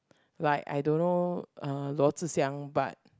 like I don't know uh Luo-Zhi-Xiang but